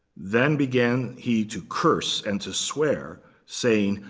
then began he to curse and to swear, saying,